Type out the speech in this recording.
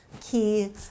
key